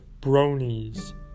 bronies